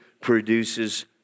produces